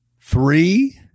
Three